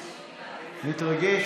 מתרגש,